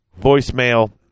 voicemail